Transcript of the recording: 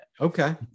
Okay